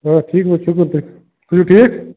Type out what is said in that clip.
آ ٹھیٖک پٲٹھۍ شُکُر تُہۍ چھِو ٹھیٖک